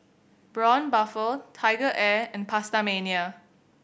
Braun Buffel TigerAir and PastaMania